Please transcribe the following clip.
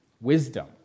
Wisdom